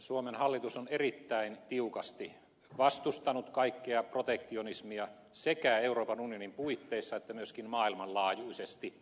suomen hallitus on erittäin tiukasti vastustanut kaikkea protektionismia sekä euroopan unionin puitteissa että myöskin maailmanlaajuisesti